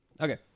Okay